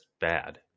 bad